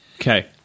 Okay